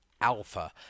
Alpha